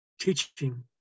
teaching